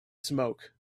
smoke